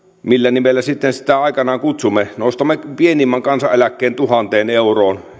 millä nimellä sitä sitten aikanaan kutsumme ja nostamme pienimmän kansaneläkkeen alarajan tuhanteen euroon